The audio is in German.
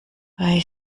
bei